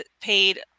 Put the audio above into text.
paid